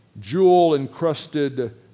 jewel-encrusted